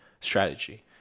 strategy